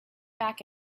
back